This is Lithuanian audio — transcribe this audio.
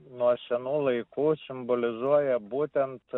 nuo senų laikų simbolizuoja būtent